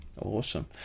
awesome